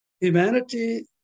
Humanity